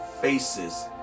faces